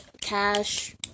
cash